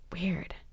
weird